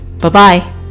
Bye-bye